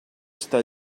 està